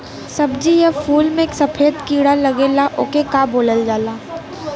सब्ज़ी या फुल में सफेद कीड़ा लगेला ओके का बोलल जाला?